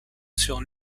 sur